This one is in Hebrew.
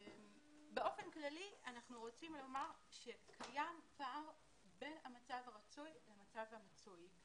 באופן כללי אנחנו רוצים לומר שקיים פער בין המצב הרצוי למצב המצוי.